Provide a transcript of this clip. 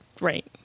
Right